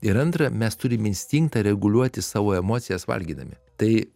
ir antra mes turim instinktą reguliuoti savo emocijas valgydami tai